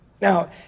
Now